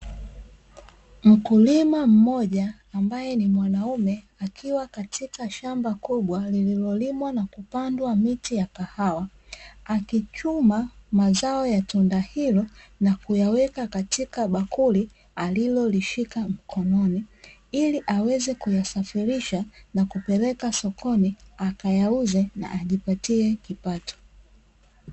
Mkulima mmoja ambaye ni mwanaume, akiwa katika shamba kubwa lililolimwa na kupandwa miti ya kahawa, akichuma mazao ya tunda hilo na kuyaweka katika bakuli alilolishika mkononi; ili aweze kuyasafirisha na kupeleka sokoni, akayauze na ajipatie kipato.